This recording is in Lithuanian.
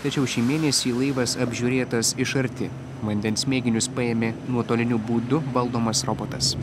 tačiau šį mėnesį laivas apžiūrėtas iš arti vandens mėginius paėmė nuotoliniu būdu valdomas robotas